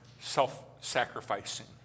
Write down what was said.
self-sacrificing